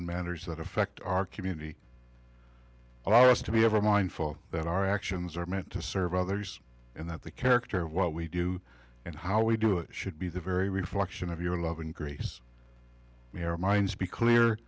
on matters that affect our community allow us to be ever mindful that our actions are meant to serve others and that the character of what we do and how we do it should be the very reflection of your love and grace me or mine speak lear